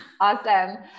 Awesome